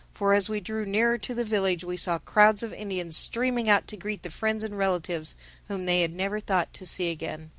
for as we drew nearer to the village we saw crowds of indians streaming out to greet the friends and relatives whom they had never thought to see again.